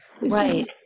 right